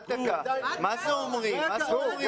מה זה "אומרים"?